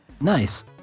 Nice